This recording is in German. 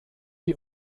die